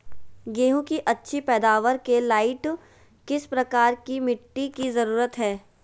गेंहू की अच्छी पैदाबार के लाइट किस प्रकार की मिटटी की जरुरत है?